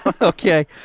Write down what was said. Okay